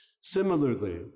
Similarly